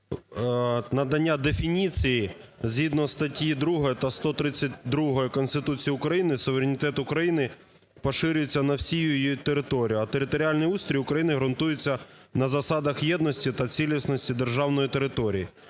надання дефініції. Згідно статті 2 та 132 Конституції України суверенітет України поширюється на всі її території, а територіальний устрій України ґрунтується на засадах єдності та цілісності державної території.